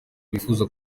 bifuza